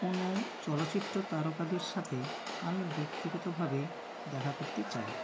কোনো চলচ্চিত্র তারকাদের সাথে আমি ব্যক্তিগতভাবে দেখা করতে চাই